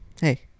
hey